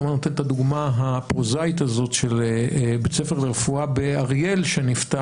אני כל הזמן נותן את הדוגמה הפרוזאית של בית ספר לרפואה באריאל שנפתח,